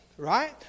Right